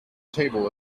table